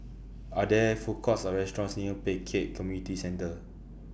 Are There Food Courts Or restaurants near Pek Kio Community Centre